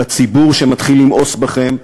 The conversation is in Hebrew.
בציבור שמתחיל למאוס בכם,